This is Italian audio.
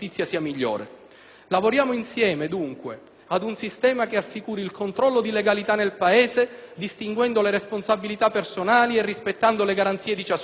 Lavoriamo insieme, dunque, ad un sistema che assicuri il controllo di legalità nel Paese, distinguendo le responsabilità personali e rispettando le garanzie di ciascuno.